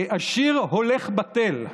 השיר "הולך בטל",